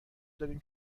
داریم